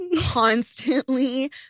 constantly